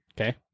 Okay